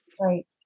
Right